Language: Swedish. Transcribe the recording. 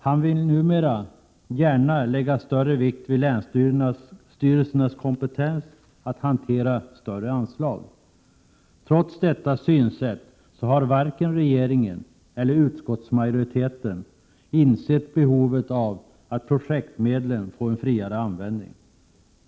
Han vill numera gärna lägga stgörre vikt vid länsstyrelsernas kompetens att hantera större anslag. Trots detta synsätt har varken regeringen eller utskottsmajoriteten insett behovet av att projektmedlen får en friare användning.